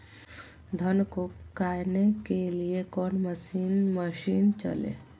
धन को कायने के लिए कौन मसीन मशीन चले?